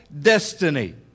destiny